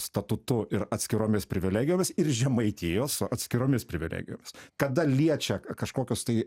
statutu ir atskiromis privilegijomis ir žemaitijos su atskiromis privilegijomis kada liečia kažkokius tai